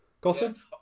Gotham